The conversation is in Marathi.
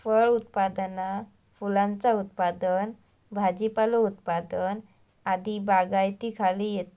फळ उत्पादना फुलांचा उत्पादन भाजीपालो उत्पादन आदी बागायतीखाली येतत